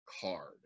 card